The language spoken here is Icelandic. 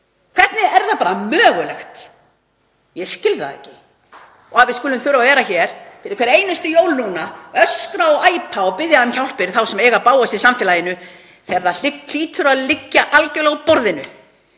Hvernig er það bara mögulegt? Ég skil það ekki. Að við skulum þurfa að vera hér fyrir hver einustu jól núna og öskra og æpa og biðja um hjálp fyrir þá sem eiga bágast í samfélaginu þegar staðan hlýtur að liggja algjörlega á borðinu.